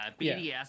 BDS